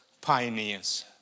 pioneers